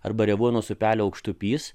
arba revuonos upelio aukštupys